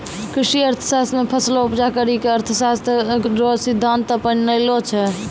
कृषि अर्थशास्त्र मे फसलो उपजा करी के अर्थशास्त्र रो सिद्धान्त अपनैलो छै